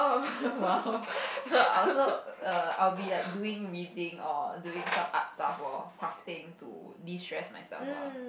!wow! so I'll also err I will be like doing reading or doing some art stuff lor crafting to de stress myself lah